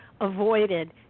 avoided